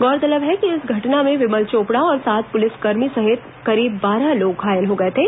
गौरतलब है कि इस घटना में विमल चोपड़ा और सात पुलिसकर्मी सहित करीब बारह लोग घायल हो गए थे